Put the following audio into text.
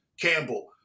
Campbell